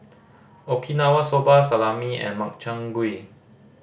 Okinawa Soba Salami and Makchang Gui